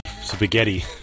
spaghetti